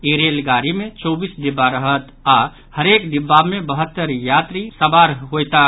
ई रेलगाड़ी मे चौबीस डिब्बा रहत आओर हरेक डिब्बा मे बहत्तरि यात्री सवार होयताह